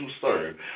serve